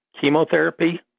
chemotherapy